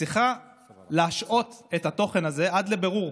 צריכה להשעות את התוכן הזה עד לבירור,